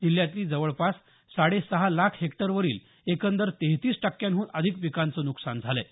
जिल्ह्यातली जवळपास साडेसहा लाख हेक्टरवरील एकंदर तेहतीस टक्क्यांहून अधिक पिकाचं नुकसान झालंय